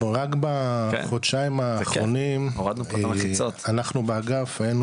רק בחודשיים האחרונים אנחנו באגף היינו